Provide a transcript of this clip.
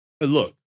Look